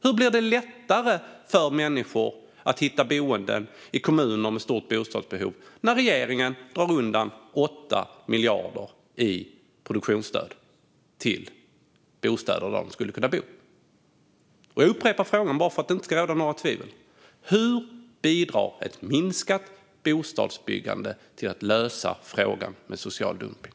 Hur blir det lättare för människor att hitta boenden i kommuner med stort bostadsbehov när regeringen drar undan 8 miljarder i produktionsstöd till bostäder där dessa människor skulle kunna bo? Jag upprepar frågan bara för att det inte ska råda några tvivel: Hur bidrar ett minskat bostadsbyggande till att lösa frågan om social dumpning?